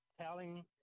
telling